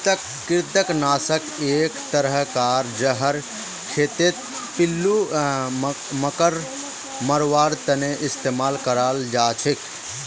कृंतक नाशक एक तरह कार जहर खेतत पिल्लू मांकड़ मरवार तने इस्तेमाल कराल जाछेक